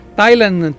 Thailand